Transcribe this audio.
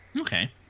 Okay